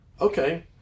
okay